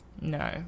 no